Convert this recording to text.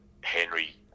Henry